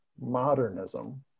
modernism